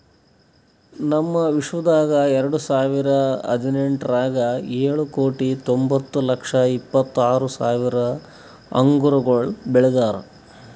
ನಮ್ ವಿಶ್ವದಾಗ್ ಎರಡು ಸಾವಿರ ಹದಿನೆಂಟರಾಗ್ ಏಳು ಕೋಟಿ ತೊಂಬತ್ತು ಲಕ್ಷ ಇಪ್ಪತ್ತು ಆರು ಸಾವಿರ ಅಂಗುರಗೊಳ್ ಬೆಳದಾರ್